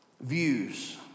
views